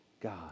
God